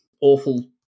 awful